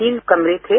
तीन कमरे थे